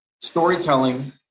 storytelling